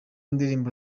ndirimbo